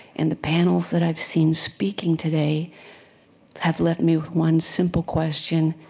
and the panels that i've seen speaking today have left me with one simple question.